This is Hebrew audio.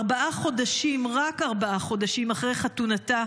ארבעה חודשים אחרי חתונתה,